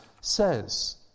says